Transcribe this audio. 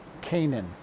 Canaan